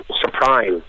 surprise